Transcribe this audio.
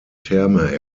therme